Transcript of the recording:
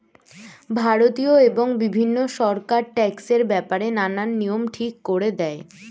ভারতীয় এবং বিভিন্ন সরকার ট্যাক্সের ব্যাপারে নানান নিয়ম ঠিক করে দেয়